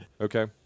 Okay